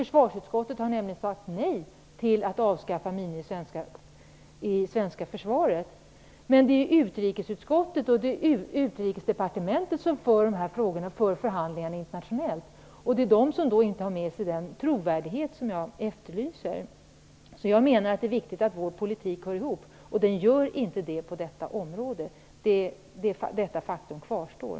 Försvarsutskottet har nämligen sagt nej till att avskaffa minor i det svenska försvaret. Men det är utrikesutskottet och Utrikesdepartementet som för fram de frågor som förhandlas internationellt, och det är de som inte har den trovärdighet som jag efterlyser. Jag menar att det är viktigt att vår politik hänger ihop. Den gör inte det på detta område. Detta faktum kvarstår.